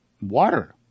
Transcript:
water